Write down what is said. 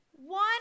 One